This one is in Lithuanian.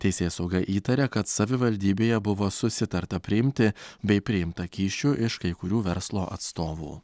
teisėsauga įtaria kad savivaldybėje buvo susitarta priimti bei priimta kyšių iš kai kurių verslo atstovų